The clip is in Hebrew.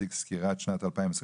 שיציג סקירה את שנת 2022,